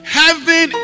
heaven